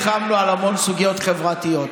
ואנחנו נלחמנו על המון סוגיות חברתיות,